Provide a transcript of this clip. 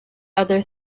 other